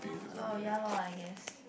oh ya lor I guess